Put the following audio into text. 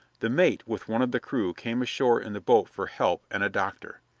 the mate with one of the crew came ashore in the boat for help and a doctor.